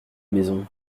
maison